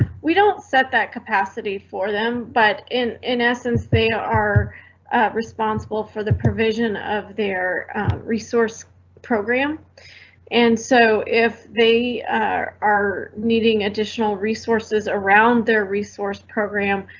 we don't set that capacity for them, but in in essence they are responsible for the provision of their resource program and so if they are are needing additional resources around their resource program,